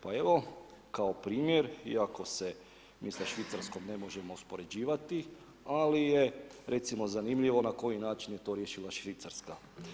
Pa evo kao primjer, iako se mi sa Švicarskom ne možemo uspoređivati, ali je recimo zanimljivo na koji način je to riješila Švicarska.